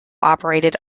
operated